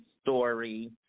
story